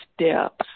steps